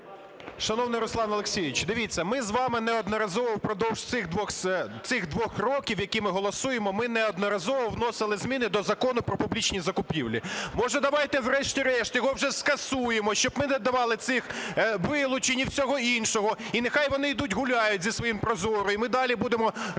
Шановний Руслан Олексійович, дивіться, ми з вами неодноразово впродовж цих двох років, які ми голосуємо, ми неодноразово вносили зміни до Закону "Про публічні закупівлі". Може, давайте врешті-решт його вже скасуємо, щоб ми не давали цих вилучень і всього іншого, і нехай вони йдуть гуляють зі своїм ProZorro? І ми далі будемо